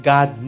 God